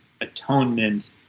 atonement